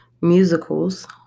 musicals